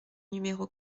numéro